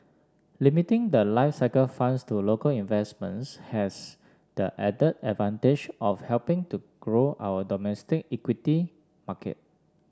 limiting the life cycle funds to local investments has the added advantage of helping to grow our domestic equity market